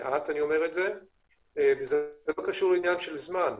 אני אומר מעט כי זה עניין של זמן.